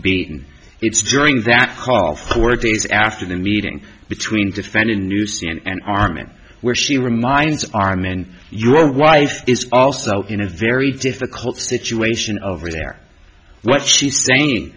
beaten it's during that call four days after the meeting between defendant musa and armin where she reminds arm and your wife is also in a very difficult situation over there what she's saying